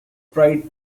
pride